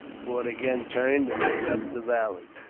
for it again turned and made up the valley.